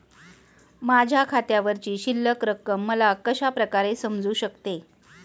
माझ्या खात्यावरची शिल्लक रक्कम मला कशा प्रकारे समजू शकते?